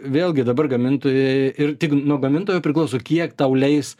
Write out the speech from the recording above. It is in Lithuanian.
vėlgi dabar gamintojai ir tik nuo gamintojo priklauso kiek tau leis